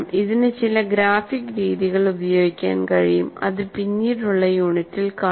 ഇതിന് ചില ഗ്രാഫിക് രീതികൾ ഉപയോഗിക്കാൻ കഴിയും അത് പിന്നീടുള്ള യൂണിറ്റിൽ കാണും